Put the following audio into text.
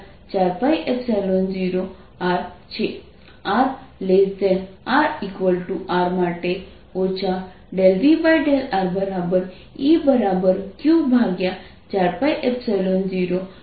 r ≤ R માટે ∂V∂rE Q4π0k r2 છે